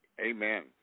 Amen